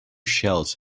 shelves